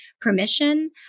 permission